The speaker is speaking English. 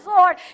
Lord